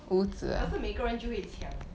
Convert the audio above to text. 可是每个人就会抢